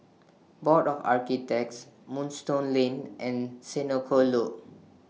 Board of Architects Moonstone Lane and Senoko Loop